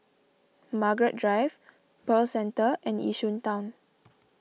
Margaret Drive Pearl Centre and Yishun Town